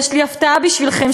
יש לי הפתעה בשבילכם,